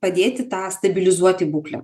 padėti tą stabilizuoti būklę